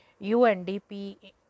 UNDP